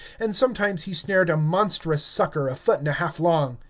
and sometimes he snared a monstrous sucker a foot and a half long.